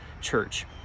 church